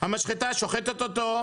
המשחטה שוחטת אותו,